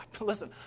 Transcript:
listen